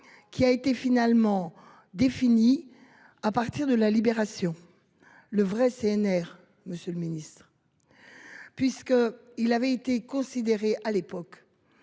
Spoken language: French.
qui a été finalement défini à partir de la Libération. Le vrai CNR. Monsieur le Ministre. Puisque il avait été considéré à l'époque.